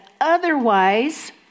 Otherwise